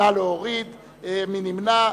מי נמנע?